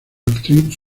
actriz